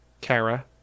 Kara